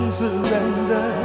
surrender